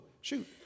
shoot